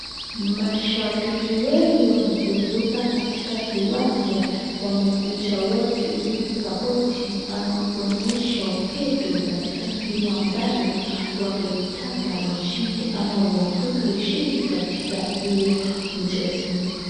Mashapiki wengi wamefuruka katika kiwanja wamekuja wote hili kusapoti ama kuonyesha upendo katika timu ambalo wangeitaka washinde ama waebuke ushindi katika hiyo mchezo.